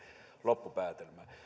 loppupäätelmä